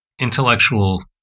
intellectual